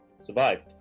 Survived